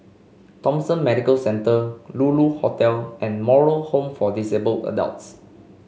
Thomson Medical Centre Lulu Hotel and Moral Home for Disabled Adults